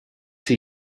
for